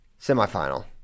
semifinal